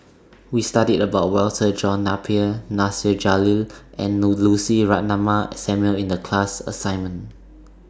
We studied about Walter John Napier Nasir Jalil and No Lucy Ratnammah Samuel in The class assignment